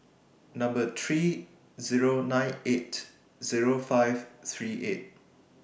three Zero nine eight Zero five three eight